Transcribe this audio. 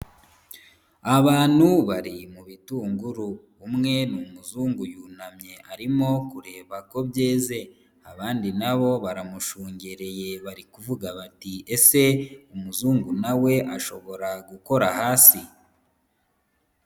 Abantu bari mu bitunguru umwe ni umuzungu yunamye arimo kureba ko byeze, abandi na bo baramushungereye bari kuvuga bati: "Ese umuzungu na we ashobora gukora hasi?"